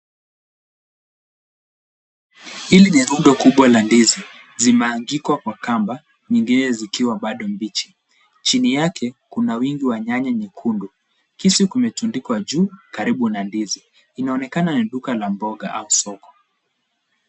Hili ni rundo kubwa la ndizi, zimeangikwa kwa kamba zingine zikiwa bado mbichi. Chini yake kuna wingi wa nyanya nyekundu. Kisu kimetundikwa juu karibu na ndizi. Inaonekana ni duka la mboga au soko.